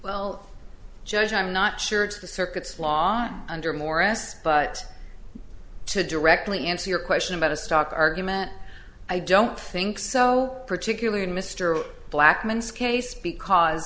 well judge i'm not sure it's the circuit's law under morris but to directly answer your question about a stock argument i don't think so particularly in mr blackman's case because